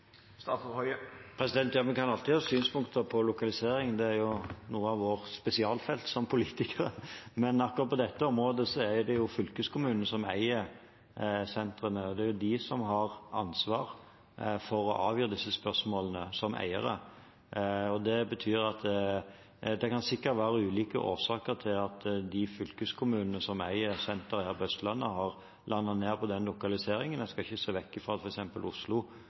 politikere, men akkurat på dette området er det fylkeskommunene som eier sentrene, og det er de som eiere som har ansvar for å avgjøre disse spørsmålene. Det betyr at det sikkert kan være ulike årsaker til at de fylkeskommunene som eier senteret her på Østlandet, har landet på den lokaliseringen. En skal ikke se bort fra at f.eks. Oslo